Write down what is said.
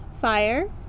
Fire